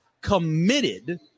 committed